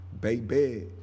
baby